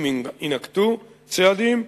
אם יינקטו צעדים,